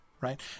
right